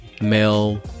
male